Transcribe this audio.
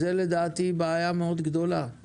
לדעתי זה בעיה גדולה מאוד.